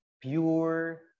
pure